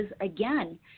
again